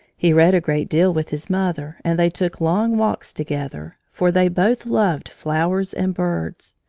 he read a great deal with his mother, and they took long walks together, for they both loved flowers and birds.